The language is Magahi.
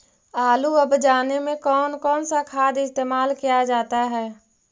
आलू अब जाने में कौन कौन सा खाद इस्तेमाल क्या जाता है?